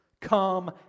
come